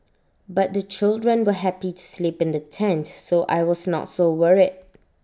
but the children were happy to sleep in the tent so I was not so worried